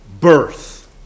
birth